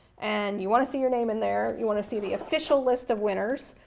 and you want to see your name in there, you want to see the official list of winners,